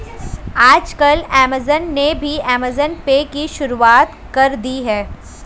आजकल ऐमज़ान ने भी ऐमज़ान पे की शुरूआत कर दी है